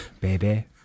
Baby